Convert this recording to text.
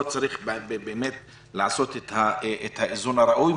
פה צריך לעשות את האיזון הראוי.